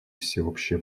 всеобщие